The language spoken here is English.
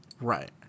Right